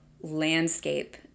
landscape